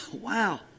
Wow